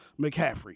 McCaffrey